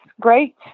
great